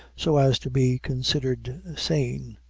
so as to be considered sane.